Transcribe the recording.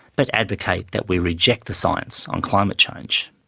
but advocate that we reject the science on climate change.